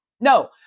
No